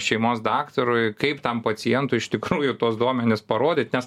šeimos daktarui kaip tam pacientui iš tikrųjų tuos duomenis parodyt nes